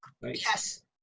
Yes